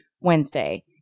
wednesday